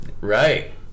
Right